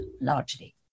largely